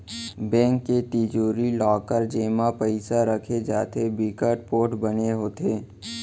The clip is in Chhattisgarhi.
बेंक के तिजोरी, लॉकर जेमा पइसा राखे जाथे बिकट पोठ बने होथे